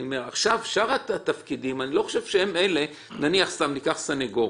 אני אומר ששאר התפקידים, ניקח לדוגמה